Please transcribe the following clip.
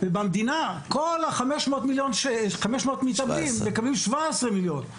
ובמדינה כל ה-500 מתאבדים, מקבלים 17 מיליון.